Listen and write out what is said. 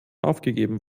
aufgegeben